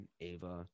Ava